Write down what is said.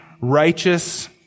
righteous